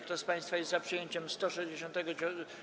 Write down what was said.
Kto z państwa jest za przyjęciem 164.